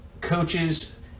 coaches